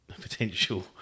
Potential